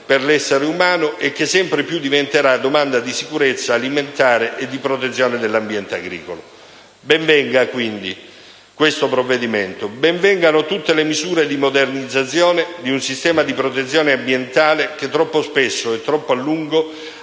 per l'essere umano e che sempre più diventerà domanda di sicurezza alimentare e di protezione dell'ambiente agricolo. Ben venga quindi questo provvedimento. Ben vengano tutte le misure di modernizzazione di un Sistema di protezione ambientale che, troppo spesso e troppo a lungo,